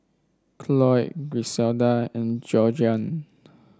Cloyd Griselda and Georgeann